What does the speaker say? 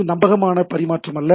இது நம்பகமான பரிமாற்றம் அல்ல